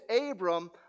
Abram